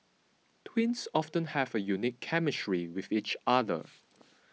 twins often have a unique chemistry with each other